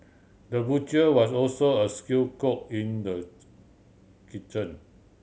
the butcher was also a skilled cook in the kitchen